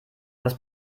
das